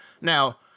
now